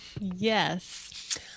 Yes